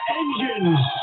engines